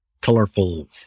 colorful